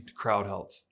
CrowdHealth